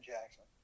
Jackson